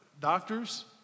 doctors